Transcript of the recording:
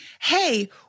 hey